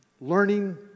learning